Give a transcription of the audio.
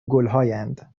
گلهایند